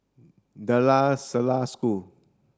De La Salle School